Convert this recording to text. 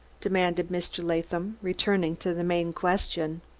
demanded mr. latham, returning to the main question.